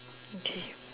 okay